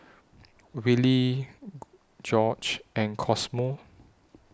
Willy Gorge and Cosmo